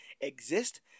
exist